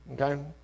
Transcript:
okay